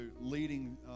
leading